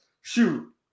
shoot